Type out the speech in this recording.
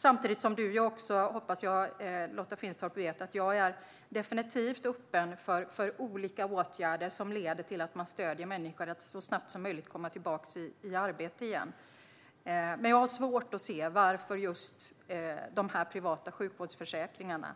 Samtidigt hoppas jag att Lotta Finstorp vet att jag definitivt är öppen för olika åtgärder som leder till att man stöder människor i att så snabbt som möjligt komma tillbaka i arbete. Men jag har svårt att se varför just de privata sjukvårdsförsäkringarna